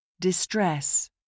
Distress